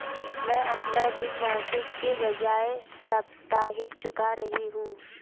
मैं अपना ऋण मासिक के बजाय साप्ताहिक चुका रही हूँ